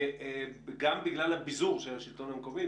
גם בגלל הביזור של השלטון המקומי,